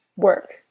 Work